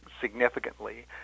significantly